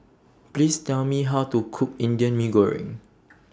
Please Tell Me How to Cook Indian Mee Goreng